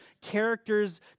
characters